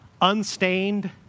unstained